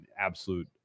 absolute